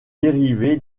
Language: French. dérivé